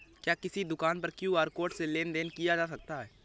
क्या किसी दुकान पर क्यू.आर कोड से लेन देन देन किया जा सकता है?